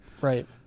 Right